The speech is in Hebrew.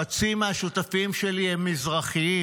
חצי מהשותפים שלי הם מזרחים.